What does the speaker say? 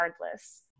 regardless